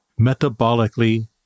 metabolically